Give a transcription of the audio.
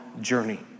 journey